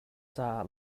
caah